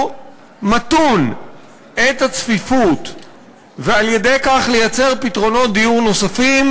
מתון את הצפיפות ועל-ידי כך לייצר פתרונות דיור נוספים,